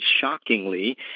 shockingly